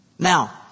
Now